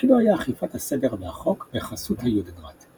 שתפקידו היה אכיפת הסדר והחוק בחסות היודנראט;